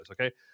Okay